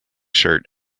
shirt